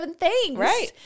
Right